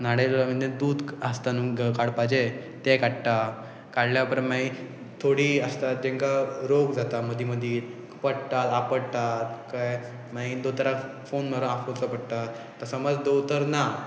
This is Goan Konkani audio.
न्हाणयले काय म्हणजे दूद आसता न्हू काडपाचें तें काडटा काडल्या उपरांत मागीर थोडी आसता जेंकां रोग जाता मदीं मदींत पडटात आपडटात कळ्ळें मागीर दोतोराक फोन मारून आपोवचो पडटा आतां समज दोतोर ना